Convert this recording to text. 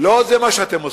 לא זה מה שאתם עושים.